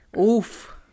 oof